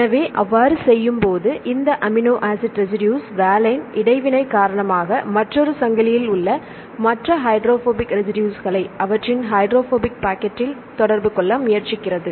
எனவே அவ்வாறு செய்யும் போது இந்த அமினோ ஆசிட் ரெசிடுஸ் வாலைன் இடைவினை காரணமாக மற்றொரு சங்கிலியில் உள்ள மற்ற ஹைட்ரோபோபிக் ரெசிடுஸ்களை அவற்றின் ஹைட்ரோபோபிக் பாக்கெட்டில் தொடர்பு கொள்ள முயற்சிக்கிறது